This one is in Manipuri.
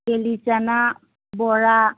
ꯀꯦꯂꯤꯆꯅꯥ ꯕꯣꯔꯥ